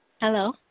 Hello